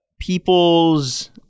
people's